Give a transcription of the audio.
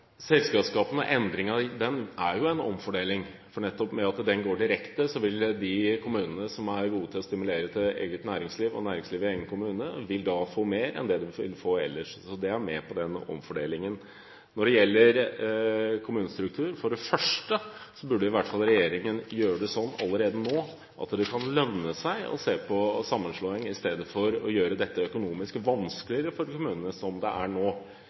i selskapsskatten betyr jo en omfordeling. Nettopp ved at den går direkte, vil de kommunene som er gode til å stimulere næringsliv i egen kommune, få mer enn det de ville fått ellers. Det er med i den omfordelingen. Når det gjelder kommunestruktur, burde for det første regjeringen i hvert fall gjøre det sånn allerede nå at det kan lønne seg å se på sammenslåing, istedenfor å gjøre dette økonomisk vanskeligere for kommunene, som det er nå.